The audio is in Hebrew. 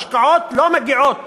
השקעות לא מגיעות